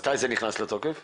מתי זה נכנס לתוקף ?